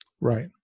Right